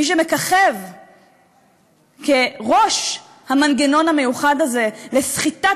מי שמככב כראש המנגנון המיוחד הזה לסחיטת